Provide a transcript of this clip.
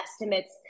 estimates